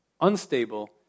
unstable